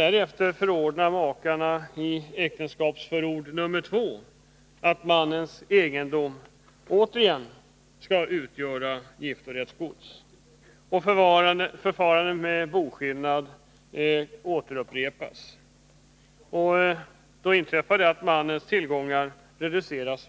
Därefter förordnar makarna i äktenskapsförord nummer två att mannens egendom återigen skall utgöra giftorättsgods. Förfarandet med boskillnad upprepas. Då reduceras mannens tillgångar